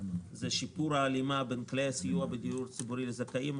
שיפור ההלימה בין כלי הסיוע בדיור הציבורי לצורכי הזכאים,